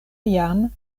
jam